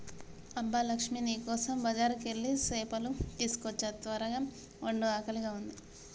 అబ్బ లక్ష్మీ నీ కోసం బజారుకెళ్ళి సేపలు తీసుకోచ్చా త్వరగ వండు ఆకలిగా ఉంది